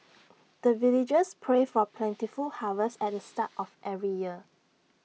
the villagers pray for plentiful harvest at the start of every year